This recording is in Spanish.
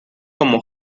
como